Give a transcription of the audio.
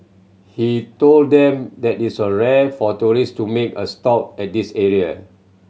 he told them that it was rare for tourists to make a stop at this area